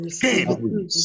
Game